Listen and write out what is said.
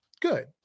good